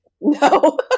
No